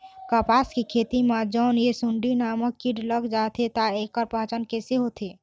कपास के खेती मा जोन ये सुंडी नामक कीट लग जाथे ता ऐकर पहचान कैसे होथे?